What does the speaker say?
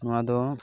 ᱱᱚᱣᱟ ᱫᱚ